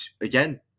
again